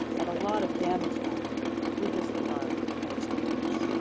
and a lot of damage done through disregard and expedience.